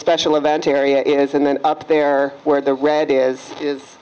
special event area is and then up there where the red is